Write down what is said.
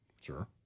sure